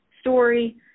story